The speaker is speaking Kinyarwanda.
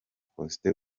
faustin